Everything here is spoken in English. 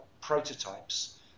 prototypes